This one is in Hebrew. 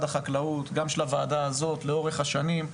החקלאות וגם של הוועדה הזאת לאורך השנים.